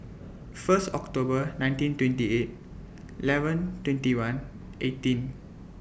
First October nineteen twenty eight eleven twenty one eighteen